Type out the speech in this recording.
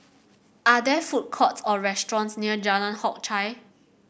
are there food courts or restaurants near Jalan Hock Chye